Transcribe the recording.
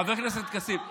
החוק לא מדבר,